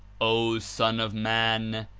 o son of man!